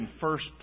first